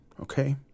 Okay